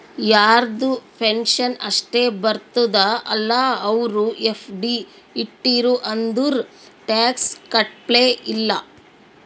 ಯಾರದು ಪೆನ್ಷನ್ ಅಷ್ಟೇ ಬರ್ತುದ ಅಲ್ಲಾ ಅವ್ರು ಎಫ್.ಡಿ ಇಟ್ಟಿರು ಅಂದುರ್ ಟ್ಯಾಕ್ಸ್ ಕಟ್ಟಪ್ಲೆ ಇಲ್ಲ